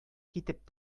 китеп